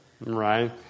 right